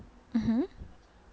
mmhmm